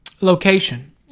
location